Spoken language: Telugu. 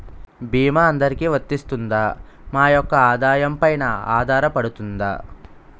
భీమా అందరికీ వరిస్తుందా? మా యెక్క ఆదాయం పెన ఆధారపడుతుందా?